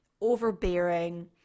overbearing